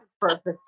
perfect